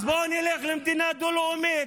אז בואו נלך למדינה דו-לאומית,